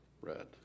Red